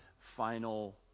final